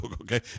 Okay